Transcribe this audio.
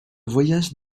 voyage